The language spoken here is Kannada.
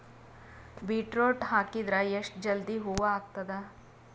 ಬೀಟರೊಟ ಹಾಕಿದರ ಎಷ್ಟ ಜಲ್ದಿ ಹೂವ ಆಗತದ?